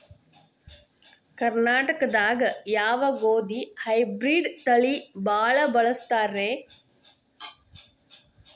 ಕರ್ನಾಟಕದಾಗ ಯಾವ ಗೋಧಿ ಹೈಬ್ರಿಡ್ ತಳಿ ಭಾಳ ಬಳಸ್ತಾರ ರೇ?